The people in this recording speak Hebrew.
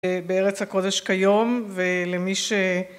בארץ הקודש כיום ולמי ש...